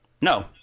No